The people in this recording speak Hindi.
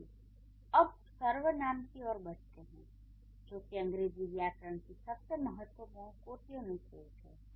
चलिए अब सर्वनाम की ओर बढ़ते हैं जो कि अंग्रेजी व्याकरण की सबसे महत्वपूर्ण कोटियों में से एक है